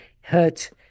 hurt